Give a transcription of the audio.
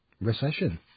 recession